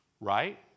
Right